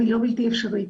אבל לא בלתי אפשרית.